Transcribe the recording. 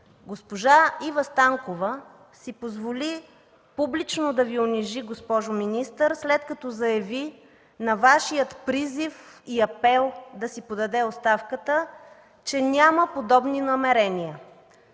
Госпожа Ива Станкова си позволи публично да Ви унижи, госпожо министър, след като заяви на Вашия призив и апел да си подаде оставката, че няма подобни намерения.